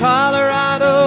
Colorado